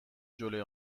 جلوی